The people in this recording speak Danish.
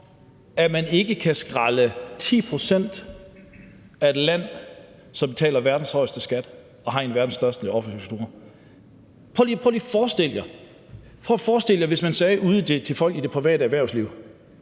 at man ikke kan skrælle 10 pct. af et land, som betaler verdens højeste skat og har en af verdens største offentlige sektorer. Prøv lige at forestille jer, hvis man sagde til folk ude i det private erhvervsliv,